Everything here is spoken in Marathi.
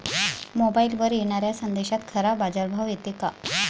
मोबाईलवर येनाऱ्या संदेशात खरा बाजारभाव येते का?